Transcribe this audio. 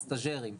סטאז'רים,